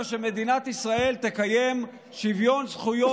שאומרת שמדינת ישראל תקיים שוויון זכויות